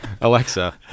Alexa